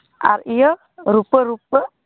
ᱟᱨ ᱤᱭᱟᱹ ᱨᱩᱯᱟᱹ ᱨᱩᱯᱟᱹ